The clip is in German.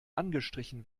angestrichen